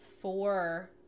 four